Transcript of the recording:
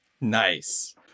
Nice